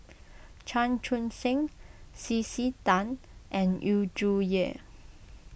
Chan Chun Sing C C Tan and Yu Zhuye